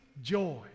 joy